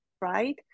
right